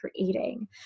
creating